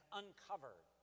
uncovered